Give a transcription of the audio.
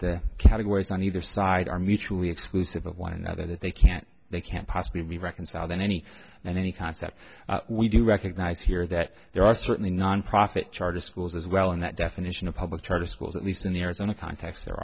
the categories on either side are mutually exclusive of one another that they can't they can't possibly be reconciled in any and any concept we do recognize here that there are certainly nonprofit charter schools as well in that definition of public charter schools at least in the arizona context